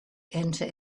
enter